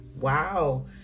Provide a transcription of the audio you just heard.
Wow